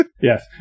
Yes